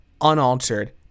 unaltered